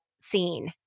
scene